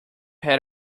had